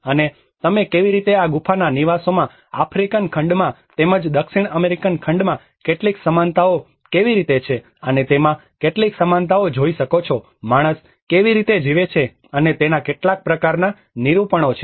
અને તમે કેવી રીતે આ ગુફાના નિવાસોમાં આફ્રિકન ખંડમાં તેમજ દક્ષિણ અમેરિકન ખંડમાં કેટલીક સમાનતાઓ કેવી રીતે છે અને તેમાં કેટલિક સમાનતાઓ જોઈ શકો છો માણસ કેવી રીતે જીવે છે તેના કેટલાક પ્રકારનાં નિરૂપણો છે